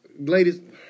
Ladies